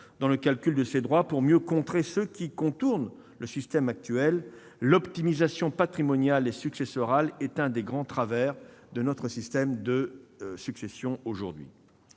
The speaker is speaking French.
dans le calcul de ces droits, pour mieux contrer ceux qui contournent le système actuel : l'optimisation patrimoniale et successorale est un des grands travers de notre système actuel de succession.